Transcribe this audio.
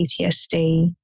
PTSD